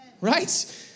Right